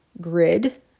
grid